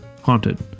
haunted